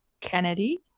Kennedy